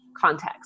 Context